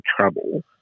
trouble